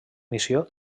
missió